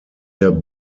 der